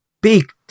big